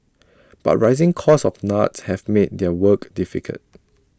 but rising costs of nuts have made their work difficult